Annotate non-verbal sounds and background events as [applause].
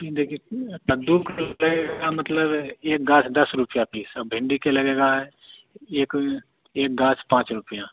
यह देखिए कद्दू का [unintelligible] लगेगा मतलब एक गाँछ दस रुपये पीस और भिंडी का लगेगा एक एक गाच पाँच रुपये